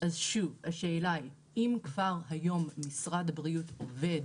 אז שוב השאלה היא: אם כבר היום משרד הבריאות עובד